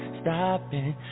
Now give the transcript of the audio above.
stopping